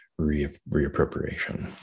reappropriation